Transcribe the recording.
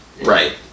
right